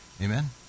Amen